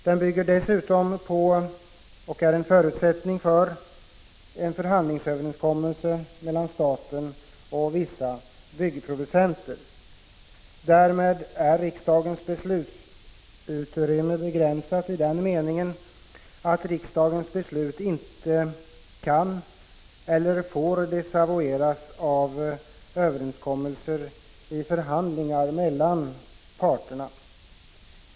Den bygger dessutom på — och är en förutsättning för — en förhandlingsöverenskommelse mellan staten och vissa byggproducenter. Därmed är riksdagens beslutsutrymme begränsat i den meningen att riksdagens beslut inte kan eller får desavoueras av överenskommelser i förhandlingar mellan parterna.